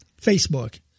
Facebook